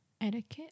etiquette